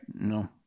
No